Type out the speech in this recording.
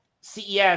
CES